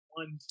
one